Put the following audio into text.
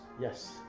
Yes